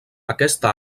aquesta